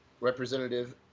Representative